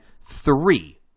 three